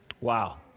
Wow